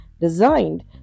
designed